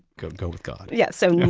go go with god yeah so yeah